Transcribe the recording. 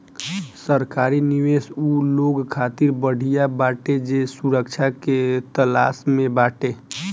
सरकारी निवेश उ लोग खातिर बढ़िया बाटे जे सुरक्षा के तलाश में बाटे